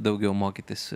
daugiau mokytis